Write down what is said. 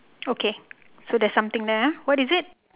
okay so there something there ah what is it